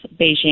Beijing